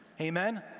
amen